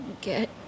Get